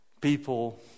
People